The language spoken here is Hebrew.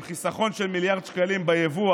עם חיסכון של מיליארד שקלים ביבוא.